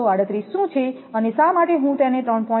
238 શું છે અને શા માટે હું તેને 3